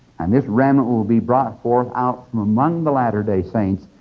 and this remnant will be brought forth out from among the latter-day saints,